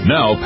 Now